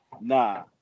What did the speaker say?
nah